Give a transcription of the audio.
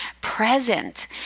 present